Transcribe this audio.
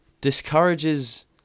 Discourages